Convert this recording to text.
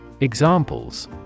Examples